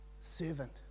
servant